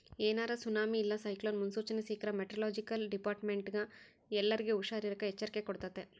ಏನಾರ ಸುನಾಮಿ ಇಲ್ಲ ಸೈಕ್ಲೋನ್ ಮುನ್ಸೂಚನೆ ಸಿಕ್ರ್ಕ ಮೆಟೆರೊಲೊಜಿಕಲ್ ಡಿಪಾರ್ಟ್ಮೆಂಟ್ನ ಎಲ್ಲರ್ಗೆ ಹುಷಾರಿರಾಕ ಎಚ್ಚರಿಕೆ ಕೊಡ್ತತೆ